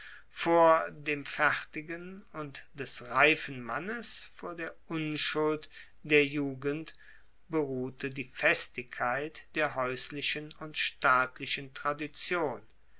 vor dem fertigen und des reifen mannes vor der unschuld der jugend beruhte die festigkeit der haeuslichen und staatlichen tradition